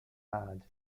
had